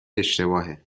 اشتباهه